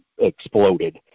exploded